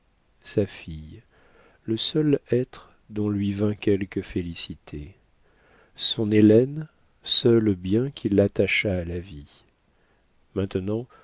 sa fille le seul être d'où lui vînt quelque félicité son hélène seul bien qui l'attachât à la vie maintenant